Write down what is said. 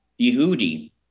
Yehudi